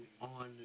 on